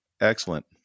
Excellent